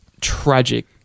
tragic